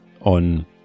on